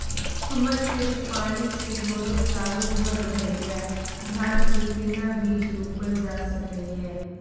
हमर खेत पानी से भरल सालो भैर रहैया, धान के केना बीज रोपल जा सकै ये?